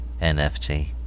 NFT